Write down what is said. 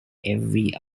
every